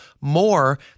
more